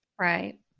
Right